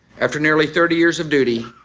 after nearly thirty years of duty,